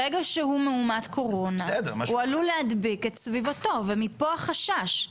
ברגע שהוא מאומת קורונה הוא עלול להדביק את סביבתו ומפה החשש,